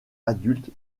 adulte